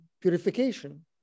purification